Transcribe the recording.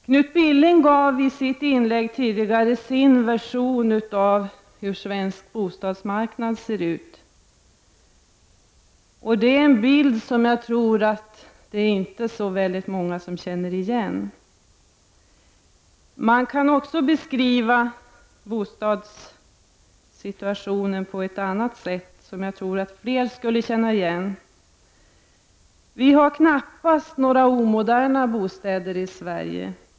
Knut Billing gav i sitt inlägg sin version av hur svensk bostadsmarknad ser ut. Det är en bild som jag inte tror att så många känner igen. Man kan även beskriva bostadssituationen på följande sätt, vilket jag tror att fler skulle känna igen. Vi har knappast några omoderna bostäder i Sverige.